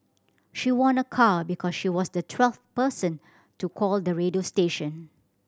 she won a car because she was the twelfth person to call the radio station